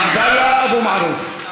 עבדאללה אבו מערוף.